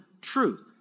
truth